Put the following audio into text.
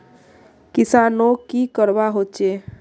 किसानोक की करवा होचे?